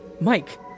Mike